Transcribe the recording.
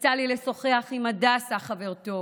יצא לי לשוחח עם הדסה חברתו